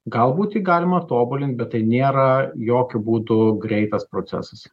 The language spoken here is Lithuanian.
galbūt jį galima tobulint bet tai nėra jokiu būdu greitas procesas